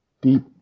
deep